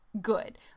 good